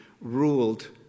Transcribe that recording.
ruled